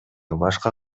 башка